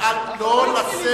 הוא התחיל